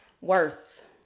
Worth